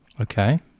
Okay